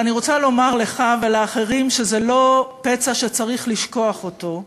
אני רוצה לומר לך ולאחרים שזה לא פצע שצריך לשכוח אותו,